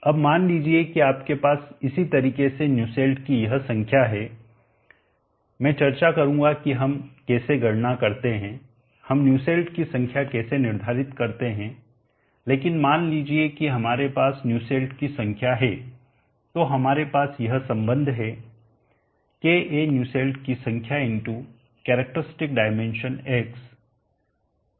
अब मान लीजिए कि आपके पास इसी तरीके से न्यूसेल्ट की यह संख्या है मैं चर्चा करूंगा कि हम कैसे गणना करते हैं हम न्यूसेल्ट की संख्या कैसे निर्धारित करते हैं लेकिन मान लीजिए कि हमारे पास न्यूसेल्ट की संख्या है तो हमारे पास यह संबंध है ka न्यूसेल्ट की संख्या कैरेक्टरस्टिक डाइमेंशन X